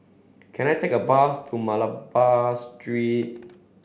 can I take a bus to Malabar Street